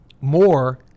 more